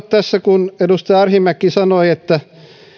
tässä kun edustaja arhinmäki sanoi että